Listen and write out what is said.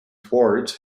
towards